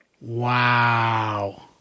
Wow